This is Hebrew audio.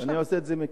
אני עושה את זה מכאן.